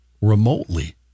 remotely